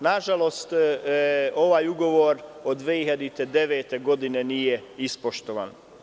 Nažalost, ovaj ugovor od 2009. godine nije ispoštovan.